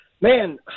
man